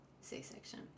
c-section